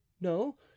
No